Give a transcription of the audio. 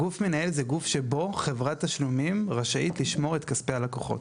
גוף מנהל זה גוף שבו חברת תשלומים רשאית לשמור את כספי הלקוחות.